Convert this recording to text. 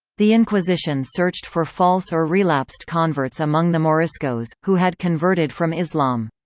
the inquisition searched for false or relapsed converts among the moriscos, who had converted from islam.